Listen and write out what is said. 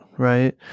right